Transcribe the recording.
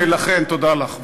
תודה לך.